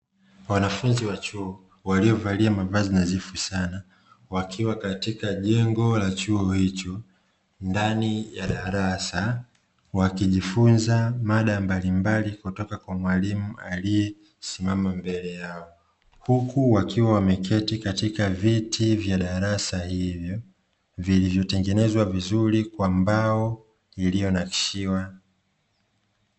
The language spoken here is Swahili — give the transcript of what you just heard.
Wanafunzi wa chuo waliovalia mavazi nadhifu sana, wakiwa katika jengo la chuo hicho ndani ya darasa, wakijifunza mada mbalimbali kutoka kwa mwalimu aliyesimama mbele yao, huku wakiwa wameketi katika viti vya darasa hilo, vilivyotengenezwa vizuri kwa mbao iliyonakshiwa.